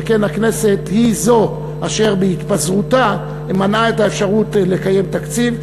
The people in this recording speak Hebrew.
שכן הכנסת היא זו אשר בהתפזרותה מנעה את האפשרות לקיים תקציב.